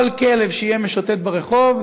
כל כלב שיהיה משוטט ברחוב,